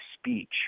speech